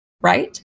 right